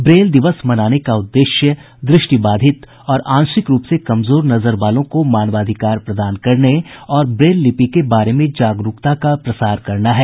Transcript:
Braille दिवस मनाने का उद्देश्य द्रष्टिबाधित और आंशिक रूप से कमजोर नजर वालों को मानवाधिकार प्रदान करने और ब्रेल लिपि के बारे में जागरूकता का प्रसार करना है